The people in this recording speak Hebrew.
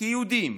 כיהודים,